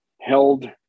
held